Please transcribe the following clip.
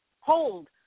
hold